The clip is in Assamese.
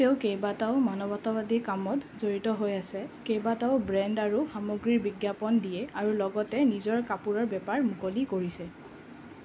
তেওঁ কেইবাটাও মানৱতাবাদী কামত জড়িত হৈ আছে কেইবাটাও ব্ৰেণ্ড আৰু সামগ্ৰীৰ বিজ্ঞাপন দিয়ে আৰু লগতে নিজৰ কাপোৰৰ বেপাৰ মুকলি কৰিছে